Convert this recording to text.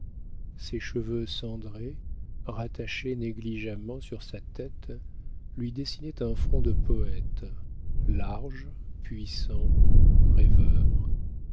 ses cheveux cendrés rattachés négligemment sur sa tête lui dessinaient un front de poëte large puissant rêveur